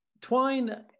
Twine